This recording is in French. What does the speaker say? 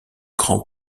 grand